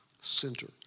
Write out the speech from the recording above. center